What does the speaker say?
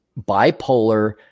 bipolar